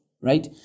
right